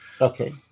Okay